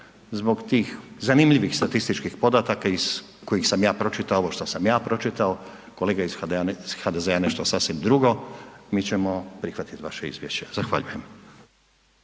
zbog tih zanimljivih statističkih podataka iz kojih sam ja pročitao ovo što sam ja pročitao, kolega iz HDZ-a nešto sasvim drugo, mi ćemo prihvatiti vaše izvješće. Zahvaljujem.